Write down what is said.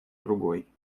другой